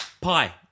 Pie